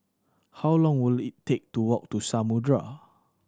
how long will it take to walk to Samudera